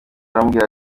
aramubwira